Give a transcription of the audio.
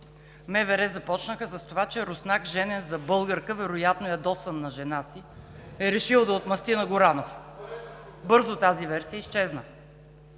МВР започнаха с това, че руснак, женен за българка, вероятно ядосан на жена си, е решил да отмъсти на Горанов. Тази версия бързо изчезна.